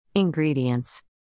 Ingredients